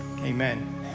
Amen